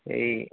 এই